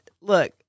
Look